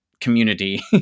community